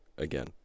Again